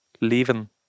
leaving